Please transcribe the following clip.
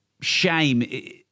shame